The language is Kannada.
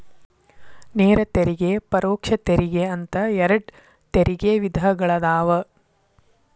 ನೇರ ತೆರಿಗೆ ಪರೋಕ್ಷ ತೆರಿಗೆ ಅಂತ ಎರಡ್ ತೆರಿಗೆ ವಿಧಗಳದಾವ